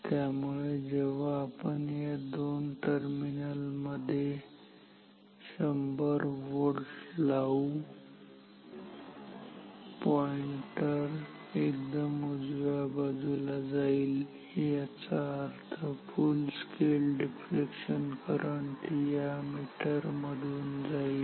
त्यामुळे जेव्हा आपण या दोन टर्मिनल मध्ये 100 व्होल्ट लावू पॉईंटर एकदम उजव्या बाजूला जाईल याचा अर्थ फुल स्केल डिफ्लेक्शन करंट या मीटरमधून जाईल